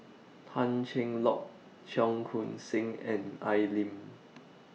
Tan Cheng Lock Cheong Koon Seng and Al Lim